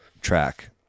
track